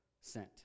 sent